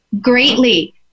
greatly